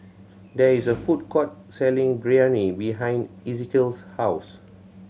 there is a food court selling Biryani behind Ezekiel's house